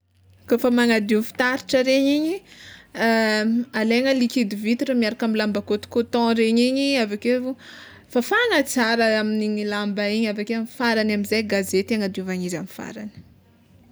Kôfa manadio fitaratra regny igny alaina liquide vitre miaraka amy lamba cotocoton regny igny avekeo fafagna tsara amin'igny lamba igny aveke farany amizay gazety hanadiovany izy amy farany.